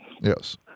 Yes